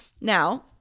Now